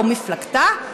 או מפלגתה,